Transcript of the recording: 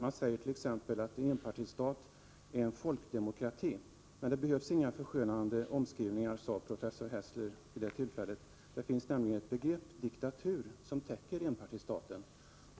Man säger t.ex. att enpartistaten är en folkdemokrati. Det behövs inga förskönande omskrivningar, sade professor Hessler vid det tillfället. Det finns nämligen ett begrepp, diktatur, som täcker enpartistaten.